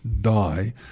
die